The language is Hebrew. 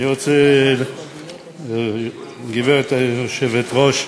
גברתי היושבת-ראש,